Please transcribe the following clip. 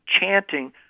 chanting